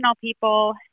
people